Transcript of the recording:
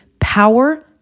power